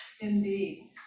indeed